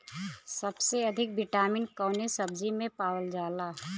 सबसे अधिक विटामिन कवने सब्जी में पावल जाला?